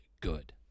good